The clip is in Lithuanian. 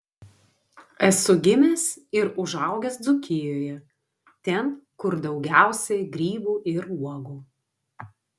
esu gimęs ir užaugęs dzūkijoje ten kur daugiausiai grybų ir uogų